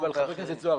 חבר כנסת זוהר,